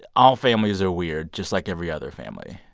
all families are weird just like every other family,